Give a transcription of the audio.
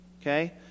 okay